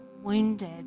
wounded